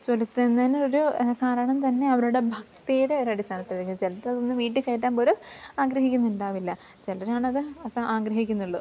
ചുലത്തുന്നതിനൊരു കാരണം തന്നെ അവരുടെ ഭക്തിയുടെ ഒരടിസ്ഥാനത്തിലേക്ക് ചിലത് അതൊന്നു വീട്ടിൽ കയറ്റാൻ പോലും ആഗ്രഹിക്കുന്നുണ്ടാകില്ല ചിലരാണത് അത് ആഗ്രഹിക്കുന്നുള്ളൂ